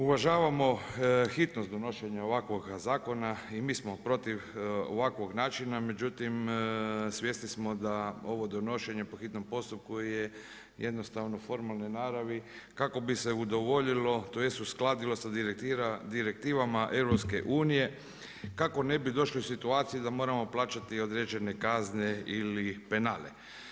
Uvažavamo hitnost donošenja ovakvoga zakona i mi smo protiv ovakvog načina, međutim svjesni smo da ovo donošenje po hitnom postupku je jednostavno formalne naravi kako bi se udovoljilo, tj. uskladilo sa direktivama EU kako ne bi došli u situaciju da moramo plaćati određene kazne ili penale.